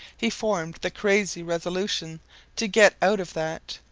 he formed the crazy resolution to get out of that.